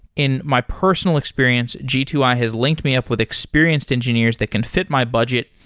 in my personal experience, g two i has linked me up with experienced engineers that can fit my budget,